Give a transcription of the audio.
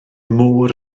môr